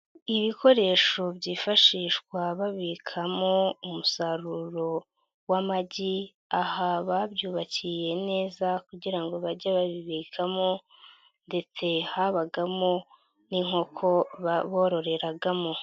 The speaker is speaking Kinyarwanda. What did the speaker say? Ibikoresho byifashishwa babikamo umusaruro w'amagi, aha babyubakiye neza kugira ngo bajye babibikamo ndetse habagamo n'inkoko bororeragamo.